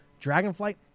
Dragonflight